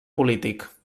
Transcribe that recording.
polític